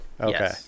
Okay